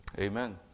Amen